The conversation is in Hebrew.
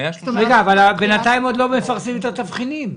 בינתיים לא מפרסמים את התבחינים.